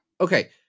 Okay